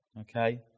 Okay